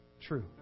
true